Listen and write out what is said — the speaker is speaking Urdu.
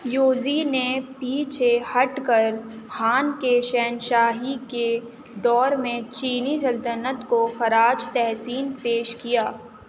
یوزی نے پیچھے ہٹ کر ہان کے شہنشاہی کے دور میں چینی سلطنت کو خراج تحسین پیش کیا